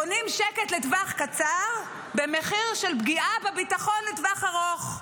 קונים שקט לטווח קצר במחיר של פגיעה בביטחון לטווח ארוך.